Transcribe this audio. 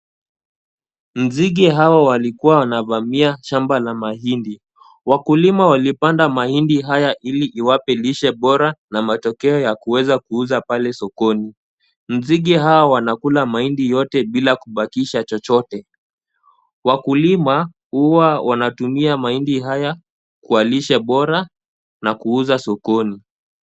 Nzige hawa walikua wanavamia shamba la mahindi. Wakulima wamepanda mahindi haya ili iwape lishe bora na matokeo ya kuweza kuuza pale sokoni. Nzige hawa wanakula mahindi yote bila kubakisha chochote. Wakulima huwa wanatumia mahindi haya kwa lishe bora na kuuza sokoni.